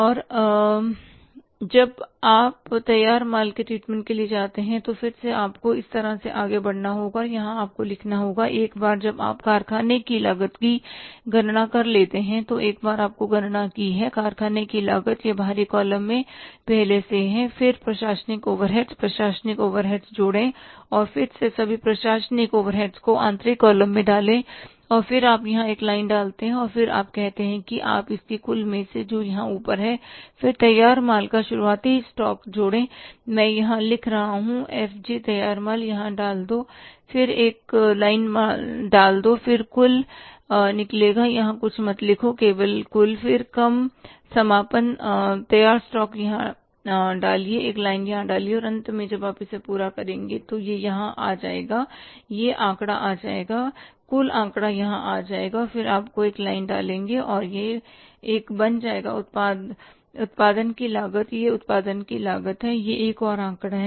और अब जब आप तैयार माल के ट्रीटमेंट के लिए जाते हैं तो फिर से आपको इस तरह से आगे बढ़ना होगा और यहाँ आपको लिखना होगा एक बार जब आप कारखाने की लागत की गणना कर लेते हैं तो एक बार आपने गणना की है कारखाने की लागत यह बाहरी कॉलम में पहले से ही है फिर प्रशासनिक ओवरहेड्स प्रशासनिक ओवरहेड्स जोड़े और फिर से सभी प्रशासनिक ओवरहेड्स को आंतरिक कॉलम में डालें और फिर आप यहां एक लाइन डालते हैं और फिर आप कहते हैं आप इसकी कुल में जो यहाँ ऊपर है फिर तैयार माल का शुरुआती स्टॉक जोड़े मैं यहाँ लिख रहा हूँ एफ जी तैयार माल यहाँ डाल दो यहाँ एक लाइन डाल दो और फिर कुछ कुल निकलेगा यहाँ कुछ मत लिखो केवल कुल फिर कम समापन तैयार स्टॉक यहां डालिए एक लाइन यहां डालिए और अंत में जब आप इसे पूरा करेंगे तो यह यहां आ जाएगा यह आंकड़ा आ जाएगा कुल आंकड़ा यहां आ जाएगा और फिर आप यहां एक लाइन डालेंगे और यह एक बन जाएगा उत्पादन की लागत यह उत्पादन की लागत है यह एक और आंकड़ा है